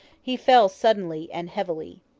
he fell suddenly and heavily.